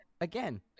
again